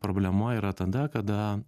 problema yra tada kada